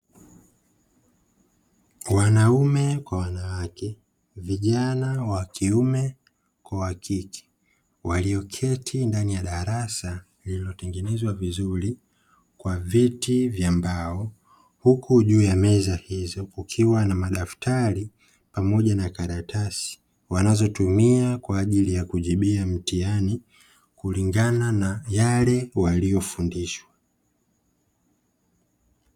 Wanaume kwa wanawake, vijana wa kiume kwa wa kike, walioketi ndani ya darasa lililotengenezwa vizuri kwa viti vya mbao; huku juu ya meza hizo kukiwa na madaftari pamoja na karatasi wanazotumia kwa ajili ya kujibia mtihani kulingana na yale waliyofundishwa.